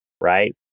right